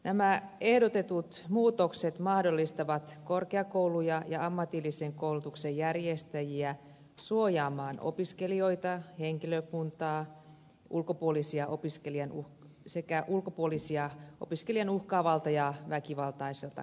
nämä ehdotetut muutokset mahdollistavat sen että korkeakoulut ja ammatillisen koulutuksen järjestäjät voivat suojata opiskelijoita henkilökuntaa sekä ulkopuolisia opiskelijan uhkaavalta ja väkivaltaiselta käytökseltä